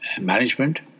management